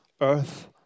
earth